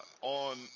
on